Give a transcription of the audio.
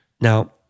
Now